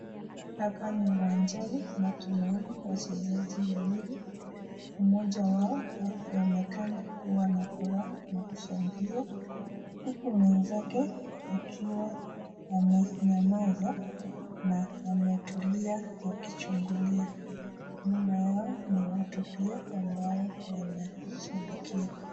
Hapa ni uwanjani na tunaona wachezaji wawili. Mmoja wao akionekana akiwa na furaha na kushangilia huku mwenzake akiwa amenyamaza na ametulia akichungulia. Nyuma yao ni watu pia ambao wanashabikia.